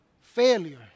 failure